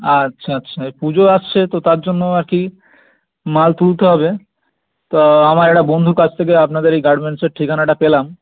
আচ্ছা আচ্ছা পুজো আসছে তো তার জন্য আর কি মাল তুলতে হবে তো আমার একটা বন্ধুর কাছ থেকে আপনাদের এই গার্মেন্টসের ঠিকানাটা পেলাম